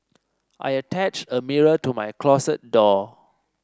I attached a mirror to my closet door